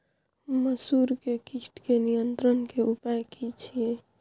मसूर के कीट के नियंत्रण के उपाय की छिये?